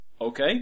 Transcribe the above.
Okay